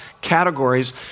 categories